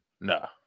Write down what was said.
No